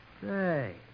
Say